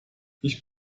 ich